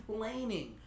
complaining